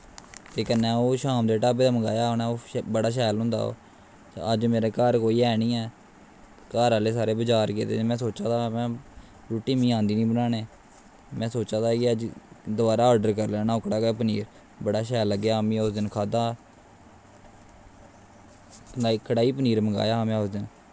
ते कन्नै ओह् शाम दे ढाबे दा मंगवाया हा ओह् बड़ा शैल होंदा ओह् अज्ज मेरे घर कोई है निं ऐ घर आह्ले सारे बजार गेदे में सोचा दा हा में रुट्टी मीं आंदी निं बनाने में सोचा दा हा कि अज्ज दवारा आर्डर करी लैन्ना ओह्कड़ा गै पनीर बड़ा सैल लग्गेआ हा में उस दिन खाद्दा हा कढ़ाही पनीर मंगाया हा में उस दिन